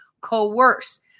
coerce